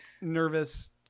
nervous